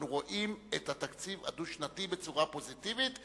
אנחנו רואים את התקציב הדו-שנתי בצורה פוזיטיבית,